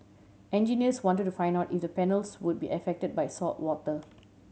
engineers wanted to find out if the panels would be affected by saltwater